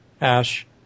Ash